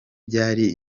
byari